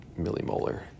millimolar